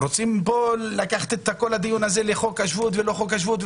רוצים כאן לקחת את הדיון הזה לחוק השבות או לא חוק השבות,